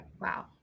Wow